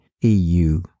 EU